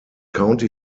county